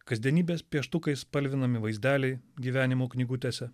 kasdienybės pieštukais spalvinami vaizdeliai gyvenimų knygutėse